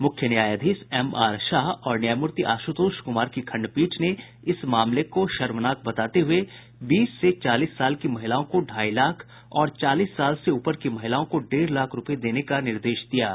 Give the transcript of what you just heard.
मुख्य न्यायाधीश एमआर शाह और न्यायमूर्ति आशुतोष कुमार की खंडपीठ ने इस मामले को शर्मनाक बताते हुये बीस से चालीस साल की महिलाओं को ढ़ाई लाख और चालीस साल से ऊपर की महिलाओं को डेढ़ लाख रूपये देने का निर्देश दिया है